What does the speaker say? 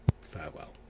farewell